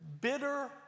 bitter